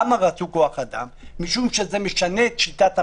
למה רצו רוח אדם כי זה משנה את שיטת המשפט.